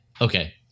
Okay